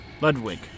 Ludwig